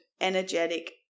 energetic